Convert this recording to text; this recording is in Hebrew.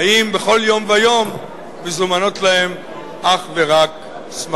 בכל יום ויום מזומנות להם אך ורק שמחות.